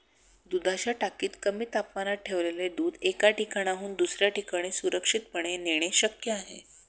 दुधाच्या टाकीत कमी तापमानात ठेवलेले दूध एका ठिकाणाहून दुसऱ्या ठिकाणी सुरक्षितपणे नेणे शक्य आहे